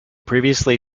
previously